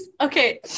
Okay